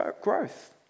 growth